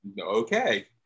Okay